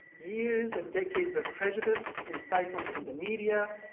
years and decades of prejudice, incitement in the media,